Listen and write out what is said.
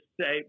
say